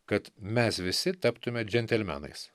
kad mes visi taptumėme džentelmenais